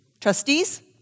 Trustees